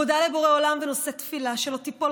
אני מודה לבורא עולם ונושאת תפילה שלא תיפול